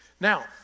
Now